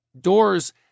Doors